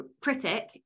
critic